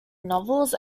novels